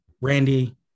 Randy